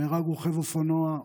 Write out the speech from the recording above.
נהרג רוכב אופנוע,